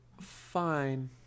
fine